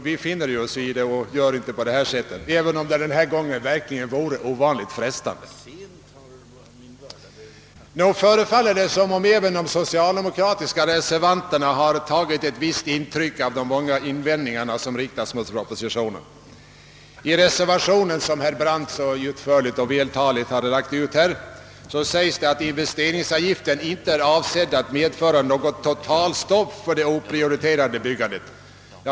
Vi gör inte så även om det denna gång vore ovanligt frestande. Nog förefaller det emellertid som om även de socialdemokratiska reservanterna har tagit ett visst intryck av de många invändningar som riktats mot propositionen. I reservationen, som herr Brandt så utförligt och vältaligt redogjorde för, sägs att »investeringsavgiften inte är avsedd att medföra något totalstopp för det oprioriterade byggandet».